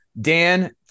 Dan